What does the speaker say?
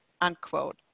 unquote